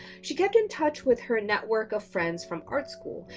she kept in touch with her network of friends from art school,